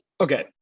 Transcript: okay